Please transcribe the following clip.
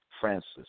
Francis